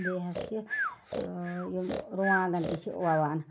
بیٚیہِ حظ چھِ یِم رُوانٛگَن تہِ چھِ وَوان